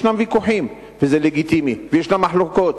ישנם ויכוחים וישנן מחלוקות,